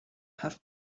have